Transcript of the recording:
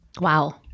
Wow